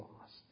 lost